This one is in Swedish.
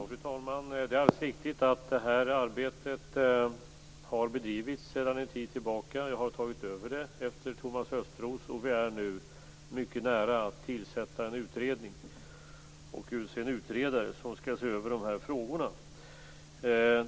Fru talman! Det är alldeles riktigt att det här arbetet har bedrivits sedan en tid tillbaka. Jag har tagit över det efter Thomas Östros, och vi är nu mycket nära att tillsätta en utredning och utse en utredare som skall se över de här frågorna.